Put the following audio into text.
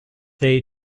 they